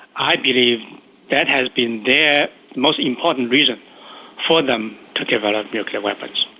i believe that has been their most important reason for them to develop nuclear weapons.